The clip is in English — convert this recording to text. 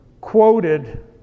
quoted